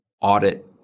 audit